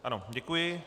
Ano, děkuji.